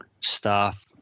staff